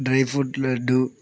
dry fruit laddu